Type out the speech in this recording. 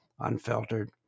Unfiltered